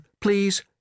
please